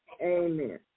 Amen